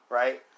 right